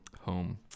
home